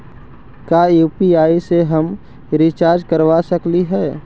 का यु.पी.आई से हम रिचार्ज करवा सकली हे?